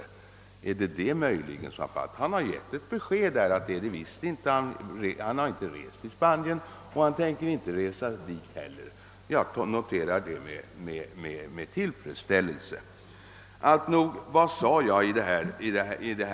Herr Ahlmark har givit ett besked, att det är det visst inte — han har inte rest till Spanien och han tänker inte göra det heller. Jag noterar detta med tillfredsställelse. Detta var en parentes.